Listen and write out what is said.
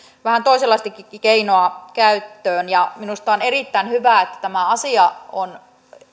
vähän toisenlaistakin keinoa käyttöön minusta on erittäin hyvä että tämä asia on